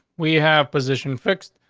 we have position fixed,